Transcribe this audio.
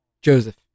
Joseph